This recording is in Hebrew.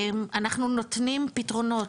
אנחנו נותנים פתרונות,